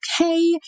okay